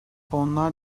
onlar